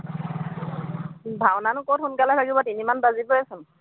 ভাওনানো ক'ত সোনকালে ভাঙিব তিনিমান বাজিবই চোন